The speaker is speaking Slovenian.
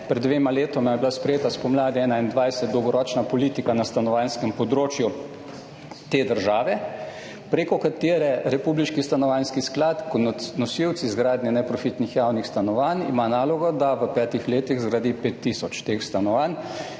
Pred dvema letoma je bila sprejeta spomladi 2021 dolgoročna politika na stanovanjskem področju te države, preko katere Republiški stanovanjski sklad kot nosilec izgradnje neprofitnih javnih stanovanj ima nalogo, da v 5. letih zgradi 5 tisoč teh stanovanj